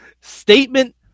Statement